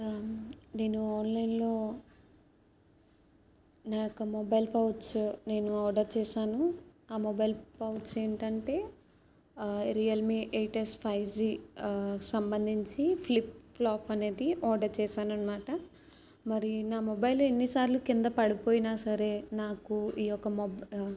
నేను ఆన్లైన్లో నాకు మొబైల్ పౌచ్ నేను ఆర్డర్ చేశాను ఆ మొబైల్ పౌచ్ ఏంటంటే Realme eight S five G సంబంధించి ఫ్లిప్ ప్లాప్ అనేది ఆర్డర్ చేశాను అనమాట మరి నా మొబైల్ ఎన్నిసార్లు కింద పడిపోయినా సరే నాకు ఈ ఒక మొబై